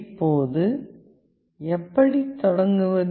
இப்போது எப்படி தொடங்குவது